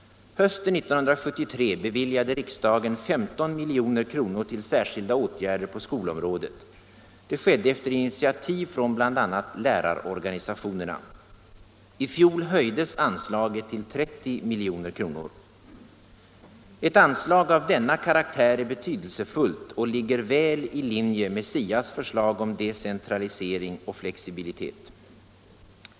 Hösten 1973 beviljade riksdagen 15 milj.kr. till särskilda åtgärder på skolområdet. Det skedde efter initiativ från bl.a. lärarorganisationerna. I fjol höjdes anslaget till 30 milj.kr. Ett anslag av denna karaktär är betydelsefullt och ligger väl i linje med SIA:s förslag om decentralisering och flexibilitet.